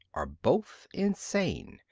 are both insane,